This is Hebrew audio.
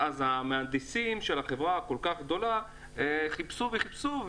המהנדסים של החברה הכי גדולה חיפשו וחיפשו.